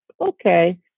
Okay